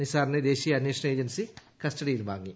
നിസാറിനെ ദേശീയ അന്വേഷണ ഏജൻസി കസ്റ്റഡിയിൽ വാങ്ങി